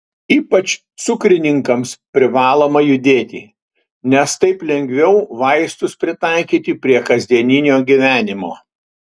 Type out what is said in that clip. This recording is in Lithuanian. ypač cukrininkams privaloma judėti nes taip lengviau vaistus pritaikyti prie kasdienio gyvenimo